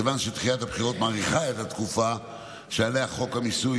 כיוון שדחיית הבחירות מאריכה את התקופה שעליה חוק המיסוי